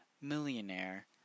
millionaire